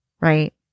right